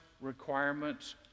requirements